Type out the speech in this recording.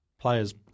players